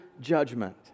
judgment